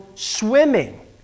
swimming